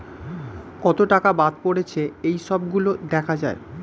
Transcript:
কত টাকা বাদ পড়েছে এই সব গুলো দেখা যায়